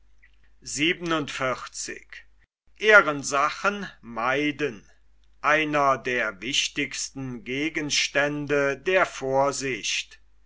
einer der wichtigsten gegenstände der vorsicht